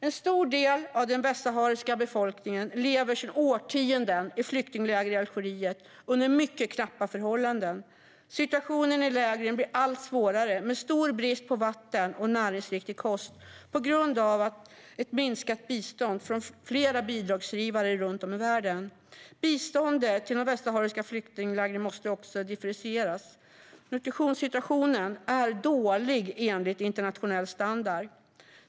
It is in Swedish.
En stor del av den västsahariska befolkningen lever sedan årtionden under mycket knappa förhållanden i flyktingläger i Algeriet. Situationen i lägren blir allt svårare, med stor brist på vatten och näringsriktig kost, på grund av ett minskat bistånd från flera bidragsgivare runt om i världen. Biståndet till de västsahariska flyktinglägren måste också differentieras. Nutritionssituationen är dålig enligt internationell standard.